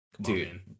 dude